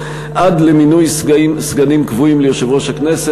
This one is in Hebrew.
עד למינוי סגנים קבועים ליושב-ראש הכנסת.